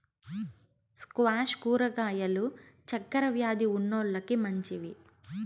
squash కూరగాయలు చక్కర వ్యాది ఉన్నోలకి మంచివి